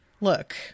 look